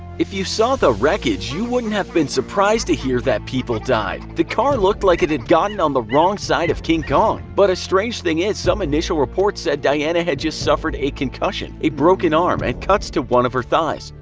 if you saw the wreckage you won't have been surprised to hear that people died. the car looked like it had gotten on the wrong side of king kong. but a strange thing is, some initial reports said diana had just suffered, a concussion, a broken arm and cuts to one of her thighs.